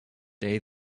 day